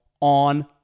on